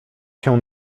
się